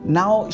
now